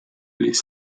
les